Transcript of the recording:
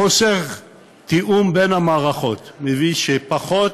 חוסר התיאום בין המערכות מביא לכך שפחות